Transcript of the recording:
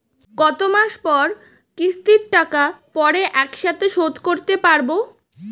কত মাস পর কিস্তির টাকা পড়ে একসাথে শোধ করতে পারবো?